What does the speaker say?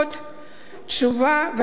התשובה וההצבעה,